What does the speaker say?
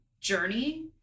journey